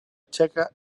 txeca